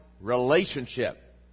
relationship